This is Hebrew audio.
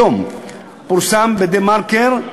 היום פורסמה ב"דה-מרקר"